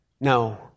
No